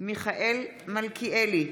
מיכאל מלכיאלי,